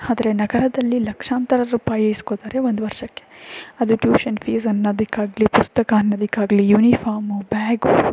ಆದರೆ ನಗರದಲ್ಲಿ ಲಕ್ಷಾಂತರ ರೂಪಾಯಿ ಇಸ್ಕೋತಾರೆ ಒಂದು ವರ್ಷಕ್ಕೆ ಅದೇ ಟ್ಯೂಷನ್ ಫೀಸ್ ಅನ್ನೋದಕ್ಕಾಗ್ಲಿ ಪುಸ್ತಕ ಅನ್ನೋದಕ್ಕಾಗ್ಲಿ ಯುನಿಫಾಮು ಬ್ಯಾಗು